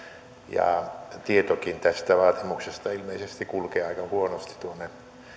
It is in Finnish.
ja tietokin tästä vaatimuksesta ilmeisesti kulkee aika huonosti tuonne